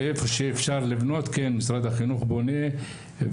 ואיפה שאפשר לבנות משרד החינוך כן בונה.